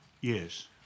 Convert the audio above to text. Yes